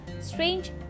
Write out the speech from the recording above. strange